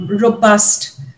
robust